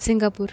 Singapore